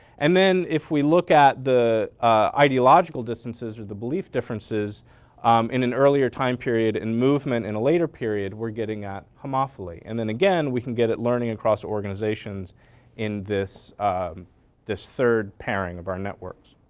and then if we look at the ideological distances or the belief differences in an earlier time period and movement in a later period we're getting at homophily. and then again, we can get at learning across organizations in this this third pairing of our networks.